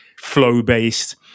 flow-based